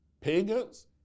Pagans